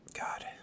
God